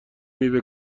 میوه